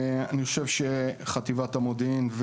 אני חושב שחטיבת המודיעין,